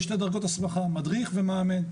יש שתי דרגות הסמכה: מדריך ומאמן,